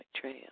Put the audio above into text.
trail